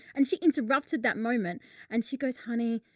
and she interrupted that moment and she goes, honey.